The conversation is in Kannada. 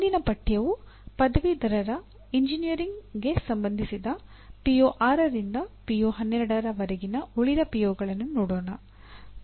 ಮುಂದಿನ ಪಠ್ಯವು ಪದವೀಧರ ಎಂಜಿನಿಯರ್ಗೆ ಸಂಬಂಧಿಸಿದ ಪಿಒ6 ರವರೆಗಿನ ಉಳಿದ ಪಿಒಗಳನ್ನು ನೋಡೋಣ